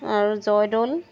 আৰু জয়দৌল